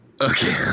Okay